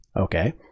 okay